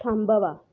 थांबवा